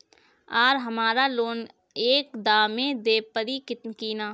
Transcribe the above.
आर हमारा लोन एक दा मे देवे परी किना?